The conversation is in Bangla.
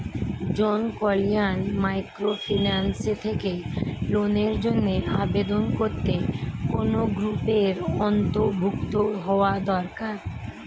জনকল্যাণ মাইক্রোফিন্যান্স থেকে লোনের জন্য আবেদন করতে কোন গ্রুপের অন্তর্ভুক্ত হওয়া দরকার?